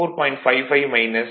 55 0